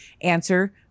answer